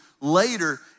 later